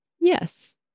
Yes